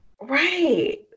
right